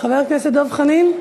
חבר הכנסת דב חנין?